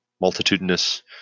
multitudinous